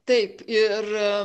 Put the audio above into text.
taip ir